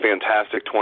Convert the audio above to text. fantastic